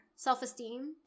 self-esteem